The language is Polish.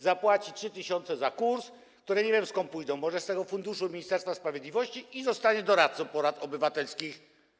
Zapłaci 3 tys. za kurs, które nie wiem skąd pójdą, może z tego funduszu Ministerstwa Sprawiedliwości, i zostanie doradcą porad obywatelskich.